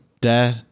Dare